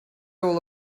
all